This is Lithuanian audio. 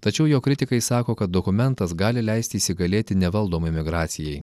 tačiau jo kritikai sako kad dokumentas gali leisti įsigalėti nevaldomai migracijai